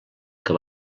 que